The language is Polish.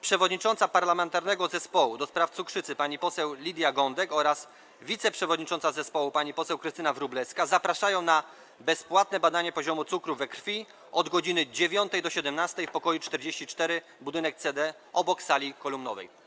Przewodnicząca Parlamentarnego Zespołu ds. cukrzycy pani poseł Lidia Gądek oraz wiceprzewodnicząca zespołu pani poseł Krystyna Wróblewska zapraszają na bezpłatne badanie poziomu cukru we krwi od godz. 9 do godz. 17 w pokoju nr 44, budynek C-D, obok sali kolumnowej.